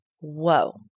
whoa